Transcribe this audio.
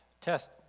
test